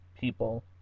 people